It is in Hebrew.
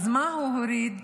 מה הוא הוריד?